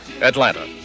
Atlanta